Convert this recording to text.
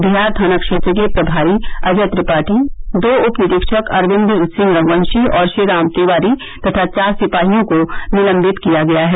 बिहार थाना क्षेत्र के प्रभारी अजय त्रिपाठी दो उपनिरीक्षक अरविन्द सिंह रघ्यवंशी और श्रीराम तिवारी तथा चार सिपाहियों को निलम्बित किया गया है